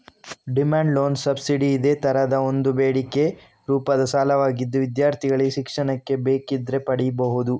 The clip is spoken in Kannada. ಡಿಮ್ಯಾಂಡ್ ಲೋನ್ ಸಬ್ಸಿಡಿ ಇದೇ ತರದ ಒಂದು ಬೇಡಿಕೆ ರೂಪದ ಸಾಲವಾಗಿದ್ದು ವಿದ್ಯಾರ್ಥಿಗಳಿಗೆ ಶಿಕ್ಷಣಕ್ಕೆ ಬೇಕಿದ್ರೆ ಪಡೀಬಹುದು